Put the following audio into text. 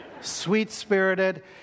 Sweet-spirited